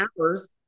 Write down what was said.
hours